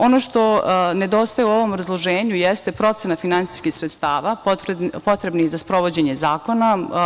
Ono što nedostaje u ovom obrazloženju jeste procena finansijskih sredstava potrebnih za sprovođenje zakona.